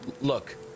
look